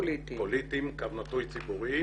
פוליטיים/ציבוריים